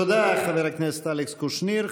תודה, חבר הכנסת אלכס קושניר.